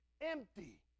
empty